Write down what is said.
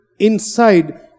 inside